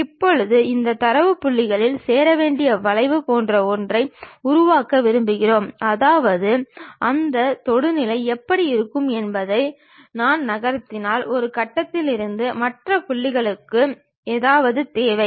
இப்போது இந்த தரவு புள்ளிகளில் சேர வேண்டிய வளைவு போன்ற ஒன்றை உருவாக்க விரும்புகிறேன் அதாவது அந்த தொடுநிலை எப்படி இருக்கும் என்பதை நான் நகர்த்தினால் ஒரு கட்டத்தில் இருந்து மற்ற புள்ளிகளுக்கு ஏதாவது தேவை